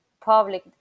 public